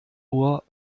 ohr